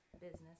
business